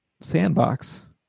sandbox